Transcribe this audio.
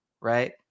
Right